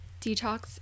detox